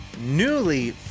newly